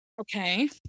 Okay